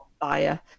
buyer